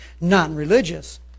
non-religious